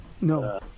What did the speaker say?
no